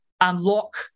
unlock